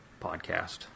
podcast